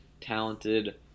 talented